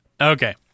Okay